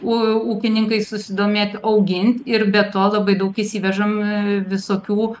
ū ūkininkai susidomėt augin ir be to labai daug įsivežam visokių